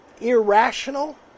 irrational